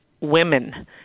women